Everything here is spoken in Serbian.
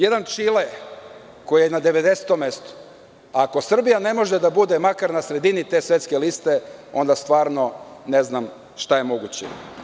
Jedan Čile koji je na devedesetom mestu i ako Srbija ne može da bude makar na sredine te svetske liste, onda stvarno ne znam šta je moguće.